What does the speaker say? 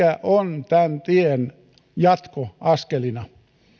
tietäisimme mikä on tämän tien jatko askelina